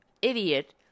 idiot